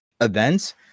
events